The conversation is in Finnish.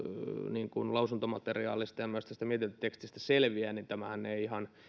niin kuin lausuntomateriaalista ja myös tästä mietintötekstistä selviää niin tämähän ei ihan